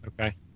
Okay